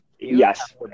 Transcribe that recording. Yes